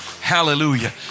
Hallelujah